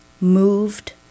moved